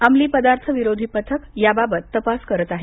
अमली पदार्थ विरोधी पथक याबाबत तपास करतं आहे